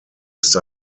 ist